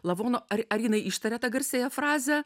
lavono ar ar jinai ištaria tą garsiąją frazę